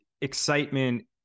excitement